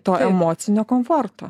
to emocinio komforto